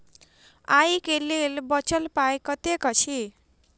आइ केँ लेल बचल पाय कतेक अछि?